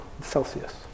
Celsius